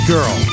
Girl